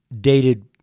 dated